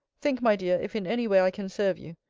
think, my dear, if in any way i can serve you.